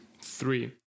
three